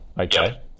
Okay